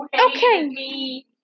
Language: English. Okay